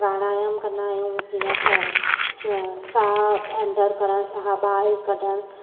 प्राणायाम कंदा आहियूं जीअं स स साहु अंदरि साहु ॿाहिरि कढणु